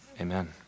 Amen